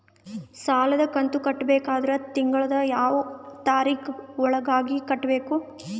ಸಾಲದ ಕಂತು ಕಟ್ಟಬೇಕಾದರ ತಿಂಗಳದ ಯಾವ ತಾರೀಖ ಒಳಗಾಗಿ ಕಟ್ಟಬೇಕು?